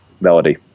Melody